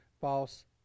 false